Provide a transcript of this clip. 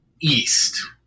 East